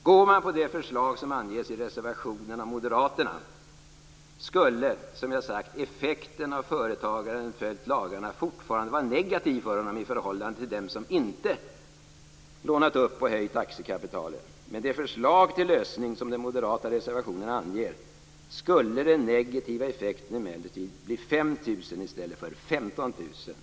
Går man på det förslag som anges i reservationen av moderaterna skulle, som jag sagt, effekten av att företagaren följt lagarna fortfarande vara negativ för honom i förhållande till dem som inte lånat upp och höjt aktiekapitalet. Med det förslag till lösning som den moderata reservationen anger skulle den negativa effekten emellertid bli 5 000 kr i stället för 15 000 kr.